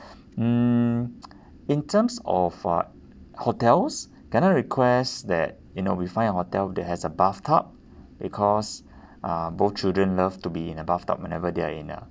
mm in terms of uh hotels can I request that you know we find a hotel that has a bathtub because uh both children love to be in a bathtub whenever they are in a